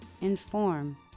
inform